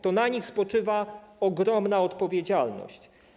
To na nich spoczywa ogromna odpowiedzialność.